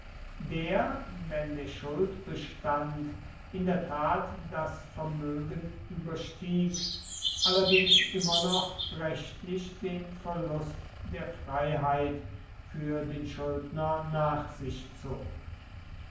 der wenn der schuldbestand in der tat das vermögen überstieg allerdings immer noch rechtlich den verlust der freiheit für den schuldner nach sich zog